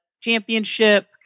championship